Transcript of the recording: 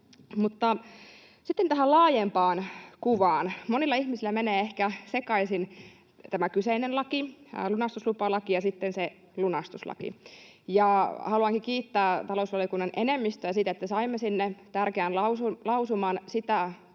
sitten tähän laajempaan kuvaan. Monilla ihmisillä menee ehkä sekaisin tämä kyseinen laki eli lunastuslupalaki ja sitten lunastuslaki. Haluankin kiittää talousvaliokunnan enemmistöä siitä, että saimme sinne tärkeän lausuman sitä ajatellen,